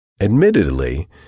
Admittedly